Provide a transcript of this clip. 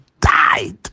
died